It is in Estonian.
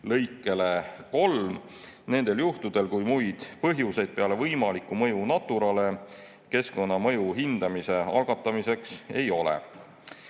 lõikele 3, nendel juhtudel, kui muid põhjuseid peale võimaliku mõju Naturale keskkonnamõju hindamise algatamiseks ei ole.